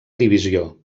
divisió